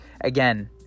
Again